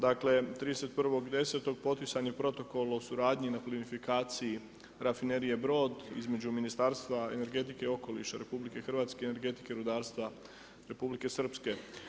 Dakle 31.10. potpisan je protokol o suradnji na plinofikaciji rafinerije Brod između Ministarstva energetike i okoliša RH i Energetike rudarstva Republike Srpske.